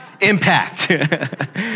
Impact